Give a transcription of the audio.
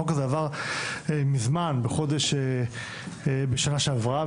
החוק הזה עבר מזמן בשנה שעברה,